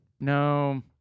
No